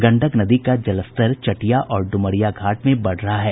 गंडक नदी का जलस्तर चटिया और डुमरिया घाट में बढ़ रहा है